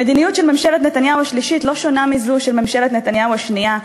המדיניות של ממשלת נתניהו השלישית לא שונה מזו של ממשלת נתניהו השנייה,